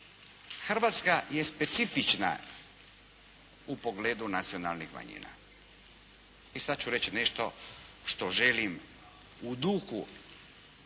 Hrvatska je specifična u pogledu nacionalnih manjina. I sada ću reći nešto što želim u duhu